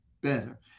better